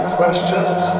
questions